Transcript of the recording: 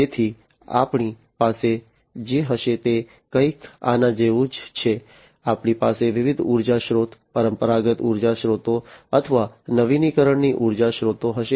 તેથી આપણી પાસે જે હશે તે કંઈક આના જેવું છે આપણી પાસે વિવિધ ઉર્જા સ્ત્રોતો પરંપરાગત ઉર્જા સ્ત્રોતો અથવા નવીનીકરણીય ઉર્જા સ્ત્રોતો હશે